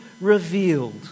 revealed